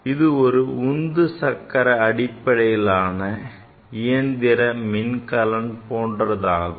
இது ஒரு உந்து சக்கர அடிப்படையிலான இயந்திர மின்கலன் போன்றதாகும்